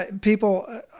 People